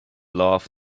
love